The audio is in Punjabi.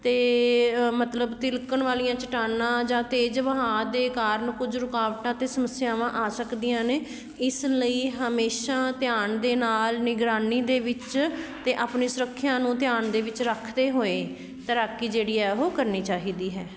ਅਤੇ ਮਤਲਬ ਤਿਲਕਣ ਵਾਲੀਆਂ ਚੱਟਾਨਾਂ ਜਾਂ ਤੇਜ਼ ਵਹਾਅ ਦੇ ਕਾਰਨ ਕੁਝ ਰੁਕਾਵਟਾਂ ਅਤੇ ਸਮੱਸਿਆਵਾਂ ਆ ਸਕਦੀਆਂ ਨੇ ਇਸ ਲਈ ਹਮੇਸ਼ਾਂ ਧਿਆਨ ਦੇ ਨਾਲ ਨਿਗਰਾਨੀ ਦੇ ਵਿੱਚ ਅਤੇ ਆਪਣੀ ਸੁਰੱਖਿਆ ਨੂੰ ਧਿਆਨ ਦੇ ਵਿੱਚ ਰੱਖਦੇ ਹੋਏ ਤੈਰਾਕੀ ਜਿਹੜੀ ਹੈ ਉਹ ਕਰਨੀ ਚਾਹੀਦੀ ਹੈ